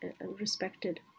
respected